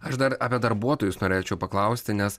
aš dar apie darbuotojus norėčiau paklausti nes